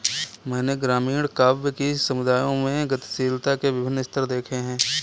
मैंने ग्रामीण काव्य कि समुदायों में गतिशीलता के विभिन्न स्तर देखे हैं